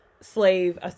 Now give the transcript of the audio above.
slave